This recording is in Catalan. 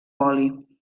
oli